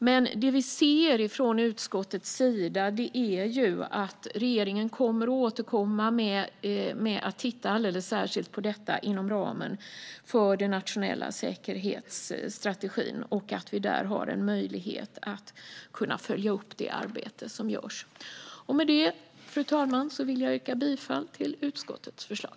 Men det vi ser från utskottets sida är att regeringen kommer att återkomma och kommer att titta alldeles särskilt på detta inom ramen för den nationella säkerhetsstrategin. Där har vi en möjlighet att följa upp det arbete som görs. Med det, fru talman, vill jag yrka bifall till utskottets förslag.